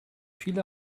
viele